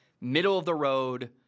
middle-of-the-road